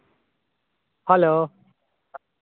hello